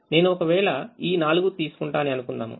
నేను ఒక వేళ ఈ 4 తీసుకుంటా అని అనుకుందాము